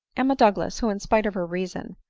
emma douglas, who, in spite of her reason,